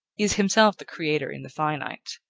is himself the creator in the finite.